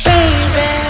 Baby